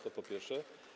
To po pierwsze.